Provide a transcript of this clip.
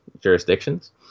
jurisdictions